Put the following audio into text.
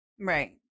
Right